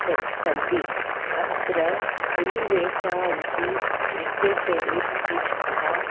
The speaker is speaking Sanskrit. तत्सन्ति अत्र हुलिवेशा इति नृत्यशैली प्रसिद्धा